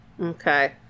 okay